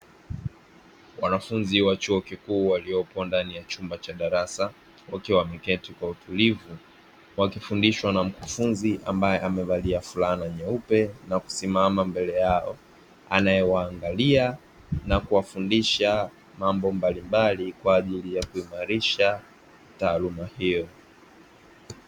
Wanafunzi wa chuo kikuu waliopo ndani ya chumba cha darasa wakiwa wameketi kwa utulivu, wakifundishwa na mkufunzi ambaye amevalia fulana nyeupe na kusimama mbele yao, anayewaangalia na kuwafundisha mambo mbalimbali kwa ajili ya kuimarisha taaluma hiyo.